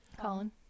colin